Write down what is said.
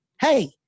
Hey